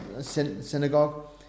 synagogue